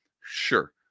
sure